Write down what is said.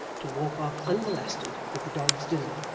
to walk off unmolested with the dog's dinner,